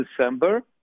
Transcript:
December